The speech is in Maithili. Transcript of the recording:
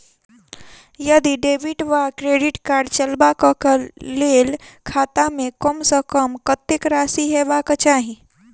यदि डेबिट वा क्रेडिट कार्ड चलबाक कऽ लेल खाता मे कम सऽ कम कत्तेक राशि हेबाक चाहि?